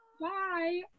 Bye